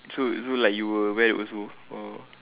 so so like you will wear it also or